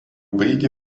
baigė